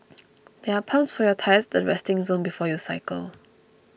there are pumps for your tyres at the resting zone before you cycle